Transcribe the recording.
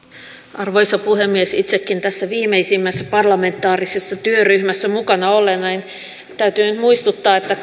arvoisa puhemies itsekin tässä viimeisimmässä parlamentaarisessa työryhmässä mukana olleena täytyy nyt muistuttaa että